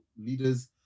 leaders